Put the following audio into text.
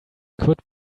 could